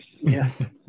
Yes